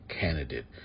Candidate